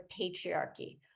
patriarchy